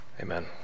Amen